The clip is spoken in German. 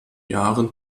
jahren